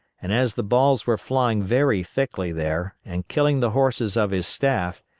and as the balls were flying very thickly there, and killing the horses of his staff,